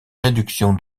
réduction